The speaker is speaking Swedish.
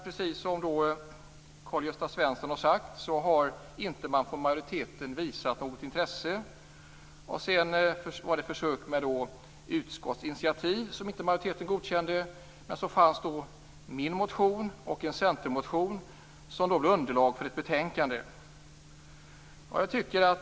Precis som Karl Gösta Svenson sagt har majoriteten inte visat något intresse här. Vidare har det gjorts försök med utskottsinitiativ, som majoriteten inte godkänt. Dessutom fanns, som sagt, min motion och en centermotion, som blev underlag för betänkandet.